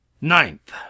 Ninth